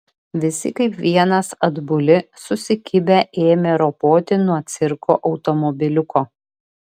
visi kaip vienas atbuli susikibę ėmė ropoti nuo cirko automobiliuko